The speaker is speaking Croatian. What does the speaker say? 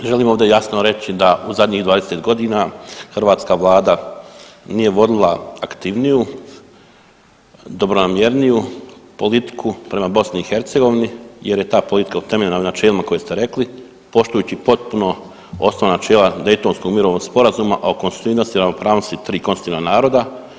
Želim ovdje jasno reći da u zadnjih 20 godina hrvatska vlada nije vodila aktivniju, dobronamjerniju politiku prema BiH jer je ta politika utemeljena na načelima koje ste rekli poštujući potpuno osnovna načela Dejtonskog mirovnog sporazuma a o konstitutivnosti i ravnopravnosti 3 konstitutivna naroda.